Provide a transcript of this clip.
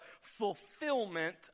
fulfillment